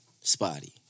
Spotty